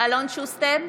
אלון שוסטר,